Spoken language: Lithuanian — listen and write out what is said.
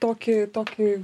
tokį tokį